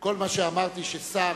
כל מה שאמרתי הוא ששר,